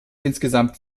insgesamt